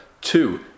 two